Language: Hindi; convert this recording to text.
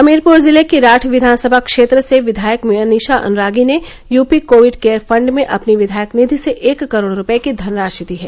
हमीरपुर जिले की राठ विधानसभा क्षेत्र से विधायक मनीषा अनुरागी ने यूपी कोविड केयर फंड में अपनी विधायक निधि से एक करोड़ रूपये की धनराशि दी है